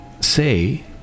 say